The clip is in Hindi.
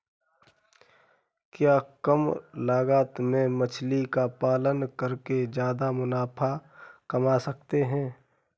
क्या कम लागत में मछली का पालन करके ज्यादा मुनाफा कमा सकते हैं?